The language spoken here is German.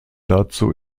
dazu